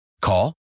Call